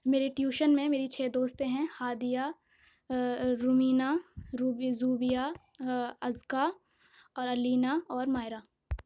میرے ٹیوشن میں میری چھ دوستیں ہیں ہادیہ رومینہ روبی زوبیہ اذکیٰ اور علینا اور مائرہ